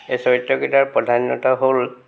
এই চৰিত্ৰ কেইটাৰ প্ৰধানতঃ হ'ল